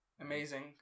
Amazing